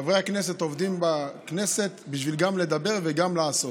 חברי הכנסת עובדים בכנסת גם בשביל לדבר וגם בשביל לעשות.